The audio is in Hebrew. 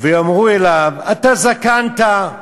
ויאמרו אליו", אתה זקנת,